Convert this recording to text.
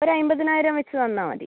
ഒരു അൻപതിനായിരം വച്ച് തന്നാൽ മതി